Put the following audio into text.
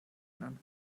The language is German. ändern